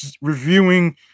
reviewing